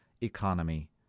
economy